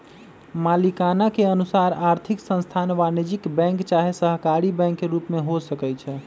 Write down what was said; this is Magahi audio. मलिकाना के अनुसार आर्थिक संस्थान वाणिज्यिक बैंक चाहे सहकारी बैंक के रूप में हो सकइ छै